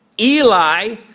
eli